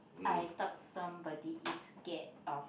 I thought somebody is scared of